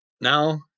Now